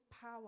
power